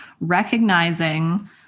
Recognizing